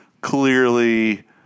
clearly